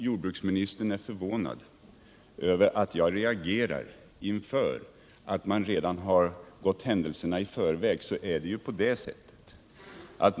Jordbruksministern var förvånad över att jag reagerar mot att regeringen har gått händelserna i förväg i detta fall.